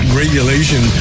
regulation